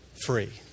free